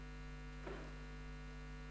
6),